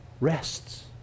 rests